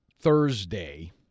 Thursday